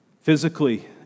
physically